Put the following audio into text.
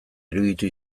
iruditu